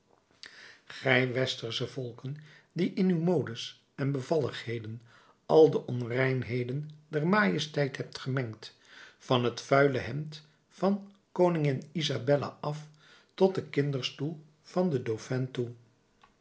gij westersche volken die in uw modes en bevalligheden al de onreinheden der majesteit hebt gemengd van het vuile hemd van koningin isabella af tot den kinderstoel van den dauphin toe